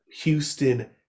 Houston